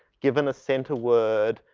given the center word,